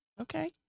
okay